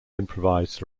improvised